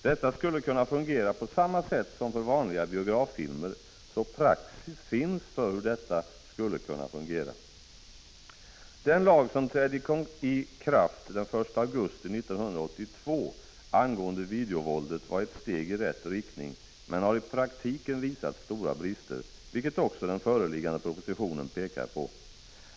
Detta skulle kunna fungera på samma sätt som för vanliga biograffilmer, så praxis finns för hur detta skulle kunna genomföras. Den lag som trädde i kraft den 1 augusti 1982 angående videovåldet var ett steg i rätt riktning men har i praktiken visat stora brister, vilket också den föreliggande propositionen pekar på.